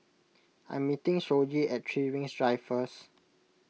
I am meeting Shoji at three Rings Drive First